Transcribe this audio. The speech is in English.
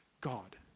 God